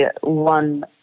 one